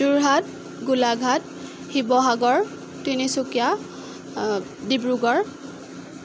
Jorhat Golaghat Sivasagar Tinsukia Dibrugarh